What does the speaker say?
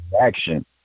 action